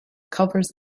covers